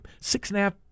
Six-and-a-half